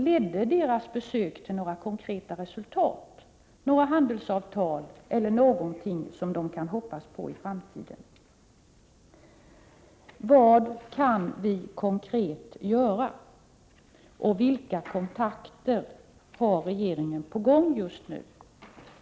Ledde deras besök till några konkreta resultat, till några handelsavtal eller någonting som de kan hoppas på i framtiden? Vad kan vi konkret göra och vilka kontakter har regeringen på gång just nu?